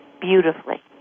beautifully